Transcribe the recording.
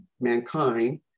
mankind